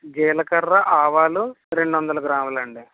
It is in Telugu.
జీలకర్ర ఆవాలు రెండు వందల గ్రాములండి